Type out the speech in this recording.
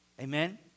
Amen